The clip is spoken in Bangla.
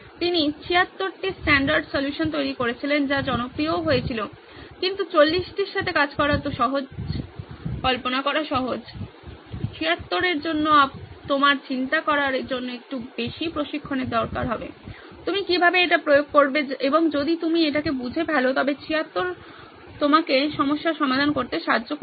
তিনি 76 টি স্ট্যান্ডার্ড সলিউশন তৈরি করেছিলেন যা জনপ্রিয়ও হয়েছিল কিন্তু 40 টির সাথে কাজ করা সহজ কল্পনা করা সহজ 76 এর জন্য আপনার চিন্তা করার জন্য একটু প্রশিক্ষণের প্রয়োজন হয় আপনি কিভাবে এটি প্রয়োগ করবেন এবং যদি আপনি এটিকে বুঝে ফেলেন তবে 76 আপনাকে সমস্যার সমাধান করতে সাহায্য করবে